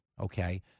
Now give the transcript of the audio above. Okay